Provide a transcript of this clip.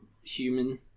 human